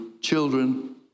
children